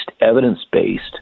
evidence-based